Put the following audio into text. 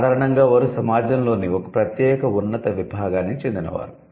సాధారణంగా వారు సమాజంలోని ఒక ప్రత్యేక ఉన్నత విభాగానికి చెందినవారు